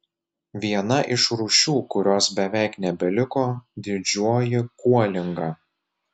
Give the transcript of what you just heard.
viena iš rūšių kurios beveik nebeliko didžioji kuolinga